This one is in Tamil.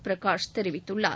பிரகாஷ் தெரிவித்துள்ளார்